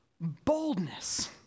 Boldness